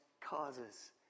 causes